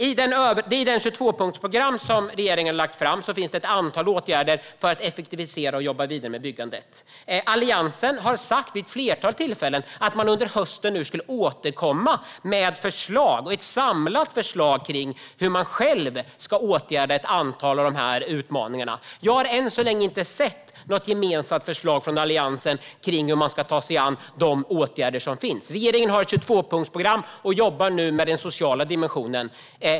I det 22-punktsprogram som regeringen har lagt fram finns ett antal åtgärder för att effektivisera och jobba vidare med byggandet. Alliansen har vid ett flertal tillfällen sagt att man under hösten ska återkomma med ett samlat förslag på hur man själv ska ta sig an ett antal av dessa utmaningar. Jag har än så länge inte sett något gemensamt förslag från Alliansen på hur man ska göra detta. Regeringen har ett 22-punktsprogram och jobbar nu med den sociala dimensionen.